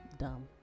dumb